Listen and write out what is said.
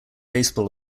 baseball